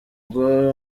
ubwo